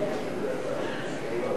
התשע"א 2011,